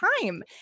time